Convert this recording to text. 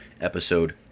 episode